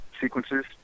sequences